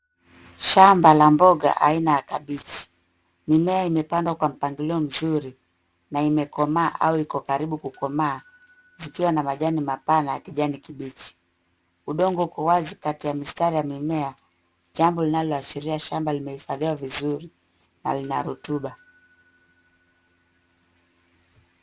Shamba la mboga aina ya kabeji. Mimea imepandwa kwa mpangilio mzuri na imekomaa au iko karibu kukomaa zikiwa na majani mapana ya kijani kibichi. Udongo uko wazi kati ya mistari ya mimea jambo linaloashiria shamba limehifadhiwa vizuri na lina rutuba.